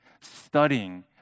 studying